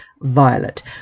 Violet